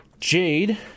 Jade